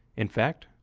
in fact,